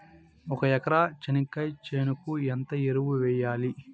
ఒక ఎకరా చెనక్కాయ చేనుకు ఎంత ఎరువులు వెయ్యాలి?